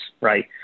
right